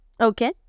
Okay